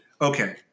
okay